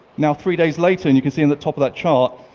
now, three days later and you can see in the top of that chart,